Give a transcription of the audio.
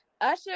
usher